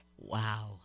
Wow